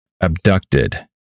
Abducted